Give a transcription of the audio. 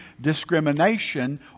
discrimination